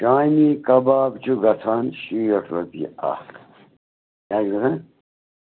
شامی کَباب چھُ گژھان شیٹھ رۄپیہِ اَکھ کیٛاہ چھُ گژھان